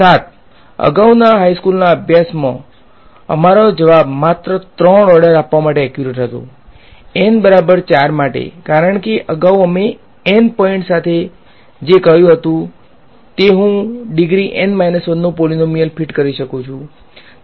7 અગાઉના હાઈસ્કૂલના અભ્યાસમા અમારો જવાબ માત્ર 3 ઓર્ડર આપવા માટે એક્યુરેટ હતો N બરાબર 4 માટે કારણ કે અગાઉ અમે N પોઈન્ટ સાથે જે કહ્યું હતું તે હું ડિગ્રી N 1 નો પોલીનોમીયલ ફિટ કરી શકું છું